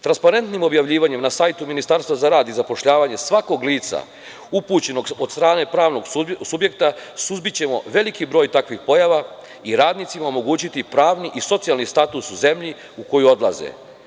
Transparentnim objavljivanjem na sajtu Ministarstva za rad i zapošljavanje svakog lica upućenog od strane pravnog subjekta suzbićemo veliki broj takvih pojava i radnicima omogućiti pravni i socijalni status u zemlji u koju odlaze.